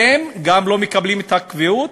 והם גם לא מקבלים קביעות,